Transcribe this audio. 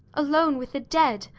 alone with the dead!